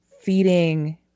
feeding